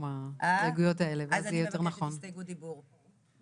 שווא של דאגה לעובדים ולהסיט את תשומת הלב מהפעולות הקשות של הממשלה